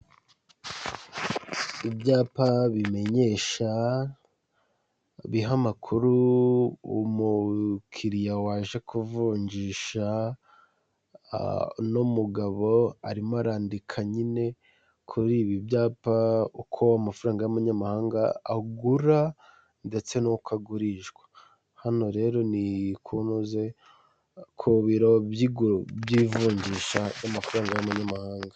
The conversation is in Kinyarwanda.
Ibyapa bimenyesha, biha amakuru umukiriya waje kuvunjisha, uno mugabo arimo arandika nyine kuri ibi byapa uko amafaranga y'amanyamahanga agura ndetse nuko agurishwa. Hano rero ni ku biro by'ivunjisha ry'amafaranga y'amanyamahanga.